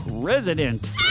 president